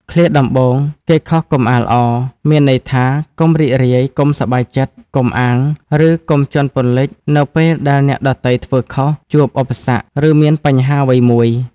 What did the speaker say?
ឃ្លាដំបូង "គេខុសកុំអាលអរ" មានន័យថា កុំរីករាយ កុំសប្បាយចិត្ត កុំអាង ឬកុំជាន់ពន្លិចនៅពេលដែលអ្នកដទៃធ្វើខុស ជួបឧបសគ្គ ឬមានបញ្ហាអ្វីមួយ។